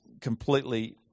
completely